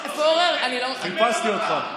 פורר, אני לא, חיפשתי אותך.